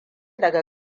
daga